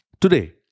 Today